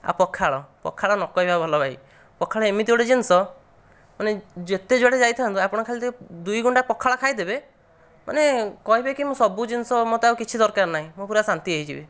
ଆଉ ପଖାଳ ପଖାଳ ନ କହିବା ଭଲ ଭାଇ ପଖାଳ ଏମିତି ଗୋଟେ ଜିନିଷ ମାନେ ଯେତେ ଯୁଆଡ଼େ ଯାଇଥାଆନ୍ତୁ ମାନେ ଆପଣ ଖାଲି ଦୁଇ ଗୁଣ୍ଡା ପଖାଳ ଖାଇଦେବେ ମାନେ କହିବେ କି ମୁଁ ସବୁ ଜିନିଷ ମତେ ଆଉ କିଛି ଦରକାର ନାହିଁ ମୁଁ ପୁରା ଶାନ୍ତି ହୋଇଯିବି